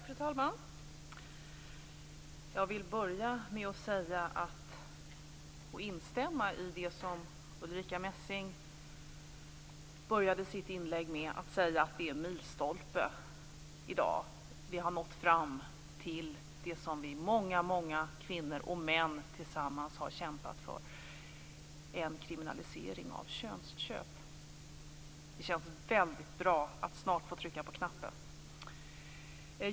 Fru talman! Jag vill börja med att instämma i det Ulrica Messing sade i början av sitt inlägg, nämligen att det är en milstolpe vi har nått i dag. Vi har nått fram till det som många kvinnor och män tillsammans har kämpat för, en kriminalisering av könsköp. Det känns väldigt bra att snart få trycka på voteringsknappen.